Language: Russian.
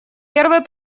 первой